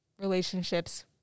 relationships